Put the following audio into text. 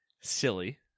silly